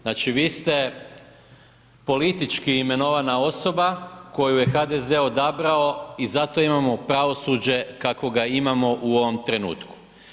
Znači vi ste politički imenovana osoba koju je HDZ odabrao i zato imamo pravosuđe kakvo ga imamo u ovome trenutku.